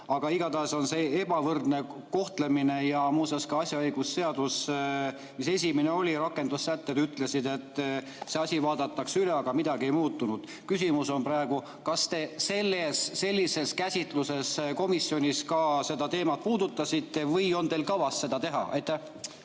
Aga igatahes on see ebavõrdne kohtlemine. Ja muuseas ka esimese asjaõigusseaduse rakendussätete puhul öeldi, et see asi vaadatakse üle, aga midagi ei ole muutunud. Küsimus on praegu, kas te sellises käsitluses komisjonis ka seda teemat puudutasite või on teil kavas seda teha. Tänan!